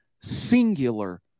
singular